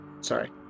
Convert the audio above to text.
Sorry